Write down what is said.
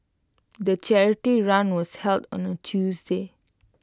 the charity run was held on A Tuesday